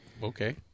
Okay